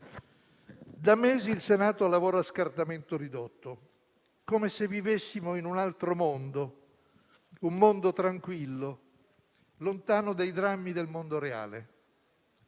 Da mesi il Senato lavora a scartamento ridotto, come se vivessimo in un altro mondo, tranquillo e lontano dai drammi del mondo reale.